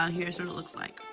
um here's what it looks like.